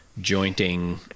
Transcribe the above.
jointing